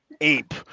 Ape